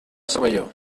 cervelló